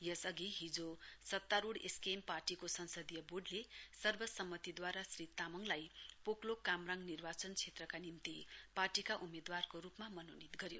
यसअघि हिजो सत्तारुढ़ एसकेएम पार्टीको संसदीय वोर्डले सर्वसम्मतिद्वारा श्री तामङलाई पोकलोक कामराङ निर्वाचन क्षेत्रका निम्ति पार्टीका उम्मेदवारको रुपमा मनोनित गर्यो